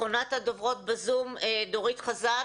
אחרונת הדוברות בזום, דורית חזן.